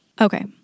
Okay